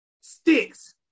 Sticks